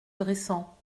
dressant